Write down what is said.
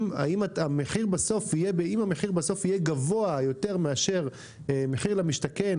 אבל אם המחיר בסוף יהיה גבוה יותר ממחיר למשתכן